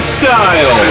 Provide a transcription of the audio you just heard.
style